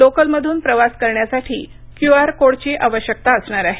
local मधुन् प्रवास करण्यासाठी क्यु आर कोड ची आवश्यकता असणार आहे